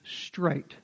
straight